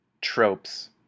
tropes